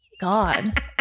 God